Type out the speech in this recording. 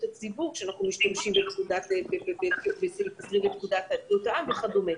הציבור כשאנחנו משתמשים בסעיף 20 לפקודת בריאות העם וכדומה.